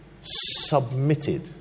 submitted